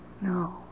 No